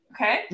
Okay